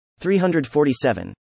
347